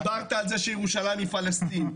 דיברת על זה שירושלים היא פלסטין,